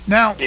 Now